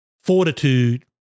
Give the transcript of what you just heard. fortitude